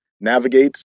Navigate